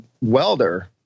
welder